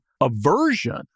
aversion